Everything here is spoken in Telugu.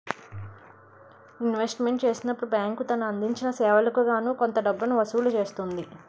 ఇన్వెస్ట్మెంట్ చేసినప్పుడు బ్యాంక్ తను అందించిన సేవలకు గాను కొంత డబ్బును వసూలు చేస్తుంది